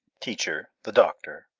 teacher, the doctor,